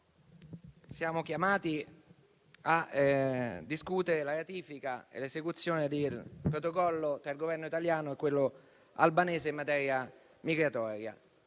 siamo chiamati a discutere la ratifica e l'esecuzione del Protocollo tra il Governo italiano e quello albanese in materia migratoria,